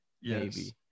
Yes